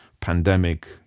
pandemic